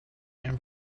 and